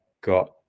got